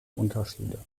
unterschiede